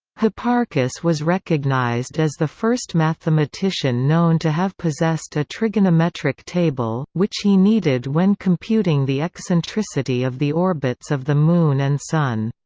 hipparchus was recognized as the first mathematician known to have possessed a trigonometric table, which he needed when computing the eccentricity of the orbits of the moon and sun.